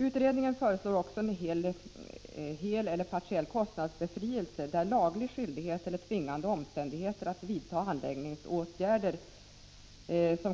Utredningen föreslår också hel eller partiell kostnadsbefrielse där laglig skyldighet eller tvingande omständigheter att vidta anläggningsåtgärder